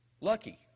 Lucky